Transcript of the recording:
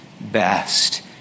best